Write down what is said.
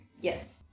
Yes